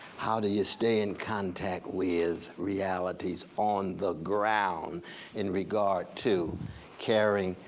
how do you stay in contact with realities on the ground in regard to caring,